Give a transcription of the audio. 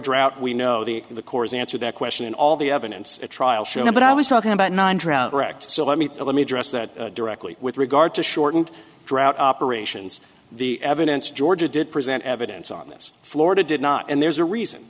drought we know the in the course answer that question all the evidence at trial surely but i was talking about nine drought correct so let me let me address that directly with regard to shortened drought operations the evidence georgia did present evidence on this florida did not and there's a reason